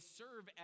serve